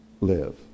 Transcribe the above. live